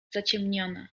zaciemnione